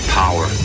power